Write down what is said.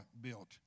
built